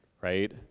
right